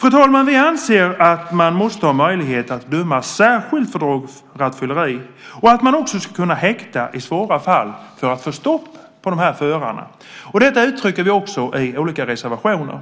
Fru talman! Vi anser att man måste ha möjlighet att döma särskilt för drograttfylleri och att man också ska kunna häkta i svåra fall för att få stopp på de här förarna. Detta uttrycker vi också i olika reservationer.